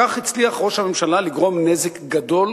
כך הצליח ראש הממשלה לגרום נזק גדול,